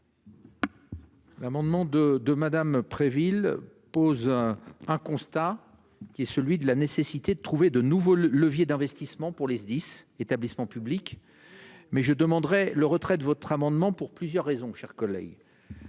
L'amendement de de Madame Préville pose un constat. Qui est celui de la nécessité de trouver de nouveaux leviers d'investissements pour les 10 établissements publics. Mais je demanderai le retrait de votre amendement pour plusieurs raisons, chers collègues.